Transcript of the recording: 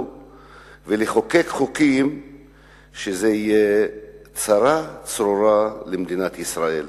ולחוקק חוקים שיהיו צרה צרורה למדינת ישראל,